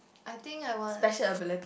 I think I want